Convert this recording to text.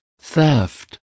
THEFT